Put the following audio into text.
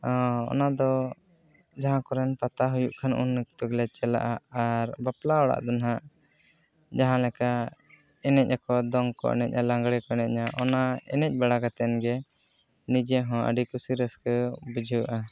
ᱚᱱᱟ ᱫᱚ ᱡᱟᱦᱸ ᱠᱚᱨᱮᱱ ᱯᱟᱛᱟ ᱦᱩᱭᱩᱜ ᱠᱷᱟᱱ ᱩᱱ ᱚᱠᱛᱚ ᱜᱮᱞᱮ ᱪᱟᱞᱟᱜᱼᱟ ᱟᱨ ᱵᱟᱯᱞᱟ ᱚᱲᱟᱜ ᱫᱚ ᱱᱟᱦᱟᱜ ᱡᱟᱦᱟᱸ ᱞᱮᱠᱟ ᱮᱱᱮᱡ ᱟᱠᱚ ᱫᱚᱝ ᱠᱚ ᱮᱱᱮᱡ ᱟ ᱞᱟᱜᱽᱲᱮ ᱠᱚ ᱮᱱᱮᱡ ᱟ ᱚᱱᱟ ᱮᱱᱮᱡ ᱵᱟᱲᱟ ᱠᱟᱛᱮᱱᱜᱮ ᱱᱤᱡᱮ ᱦᱚᱸ ᱟᱹᱰᱤ ᱠᱩᱥᱤ ᱨᱟᱹᱥᱠᱟᱹ ᱵᱩᱡᱷᱟᱹᱜᱼᱟ